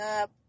up